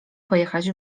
pojechać